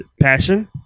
Passion